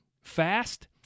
fast